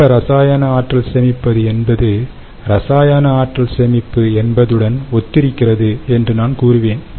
வெப்ப ரசாயன ஆற்றல் சேமிப்பு என்பது ரசாயன ஆற்றல் சேமிப்பு என்பதுடன் ஒத்திருக்கிறது என்று நான் கூறுவேன்